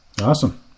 awesome